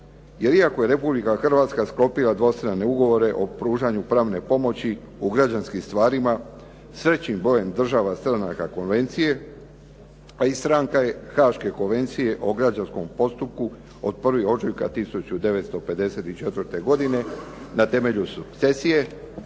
Jer iako je Republika Hrvatska sklopila dvostrane ugovore o pružanju pravne pomoći u građanskim stvarima s većim brojem država stranaka konvencije a i stranka je Haške konvencije o građanskom postupku od 1. ožujka 1954. godine na temelju sukcesije.